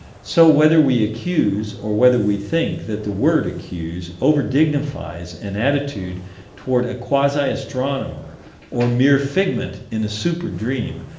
so whether we accuse, or whether we think that the word accuse over-dignifies an attitude toward a quasi-astronomer, or mere figment in a super-dream,